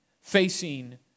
facing